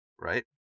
right